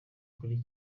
kuri